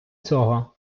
цього